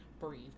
breathe